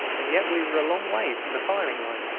and yet we were a long way from the firing line.